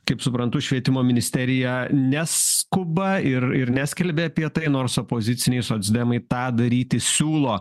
kaip suprantu švietimo ministerija neskuba ir ir neskelbia apie tai nors opoziciniai socdemai tą daryti siūlo